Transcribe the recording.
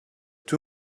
two